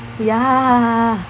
ya